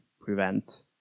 prevent